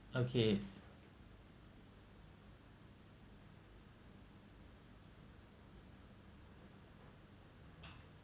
okay s~